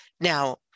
Now